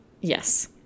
Yes